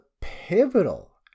pivotal